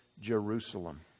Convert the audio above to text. Jerusalem